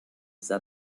the